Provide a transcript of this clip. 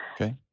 Okay